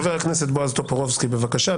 חבר הכנסת בועז טופורובסקי, בבקשה.